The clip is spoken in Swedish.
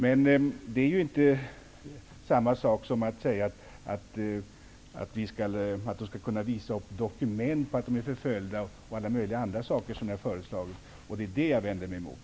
Men det är inte samma sak som att säga att de skall kunna visa upp dokument på att de är förföljda och alla möjliga andra saker, som ni har föreslagit. Det är det jag vänder mig emot.